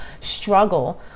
struggle